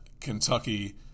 Kentucky